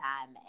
time